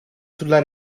sulla